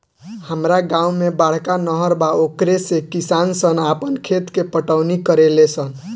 हामरा गांव में बड़का नहर बा ओकरे से किसान सन आपन खेत के पटवनी करेले सन